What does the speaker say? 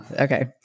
Okay